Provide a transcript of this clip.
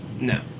No